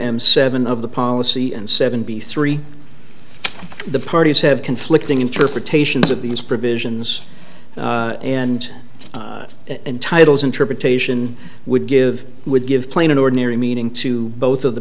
m seven of the policy and seven b three the parties have conflicting interpretations of these provisions and entitles interpretation would give would give plain ordinary meaning to both of the